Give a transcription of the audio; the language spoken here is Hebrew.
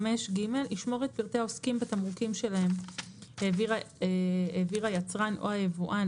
(5ג)ישמור עת פרטי העוסקים בתמרוקים שלהם העביר היצרן או היבואן,